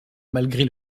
malgré